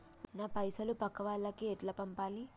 నా పైసలు పక్కా వాళ్లకి ఎట్లా పంపాలి?